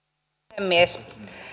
puhemies